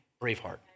Braveheart